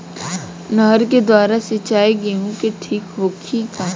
नहर के द्वारा सिंचाई गेहूँ के ठीक होखि?